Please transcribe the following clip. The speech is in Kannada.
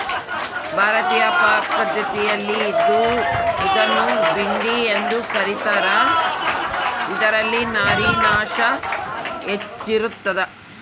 ಭಾರತೀಯ ಪಾಕಪದ್ಧತಿಯಲ್ಲಿ ಇದನ್ನು ಭಿಂಡಿ ಎಂದು ಕ ರೀತಾರ ಇದರಲ್ಲಿ ನಾರಿನಾಂಶ ಹೆಚ್ಚಿರ್ತದ